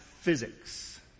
physics